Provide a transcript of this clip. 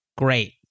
great